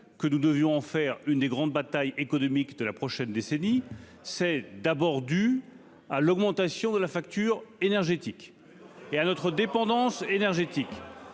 que nous devions faire une des grandes batailles économiques de la prochaine décennie, c'est d'abord dû à l'augmentation de la facture énergétique et à notre dépendance énergétique